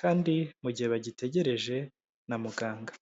kandi mu gihe bagitegereje na muganga.